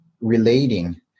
relating